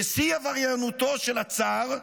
ושיא עבריינותו של הצר: